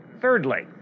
Thirdly